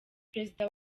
perezida